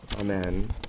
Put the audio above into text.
Amen